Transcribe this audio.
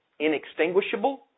inextinguishable